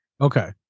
Okay